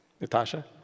Natasha